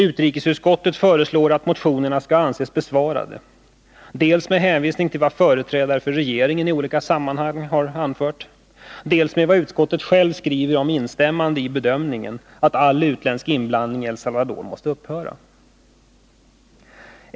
Utrikesutskottet föreslår att motionerna skall anses besvarade med hänvisning till dels vad företrädare för regeringen i olika sammanhang har anfört, dels vad utskottet självt skriver. Utskottet instämmer i bedömningen att all utländsk inblandning i El Salvador måste upphöra.